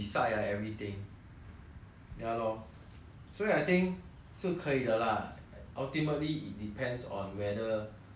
所以 I think 是可以的 lah ultimately it depends on whether err you have the heart to play or not lor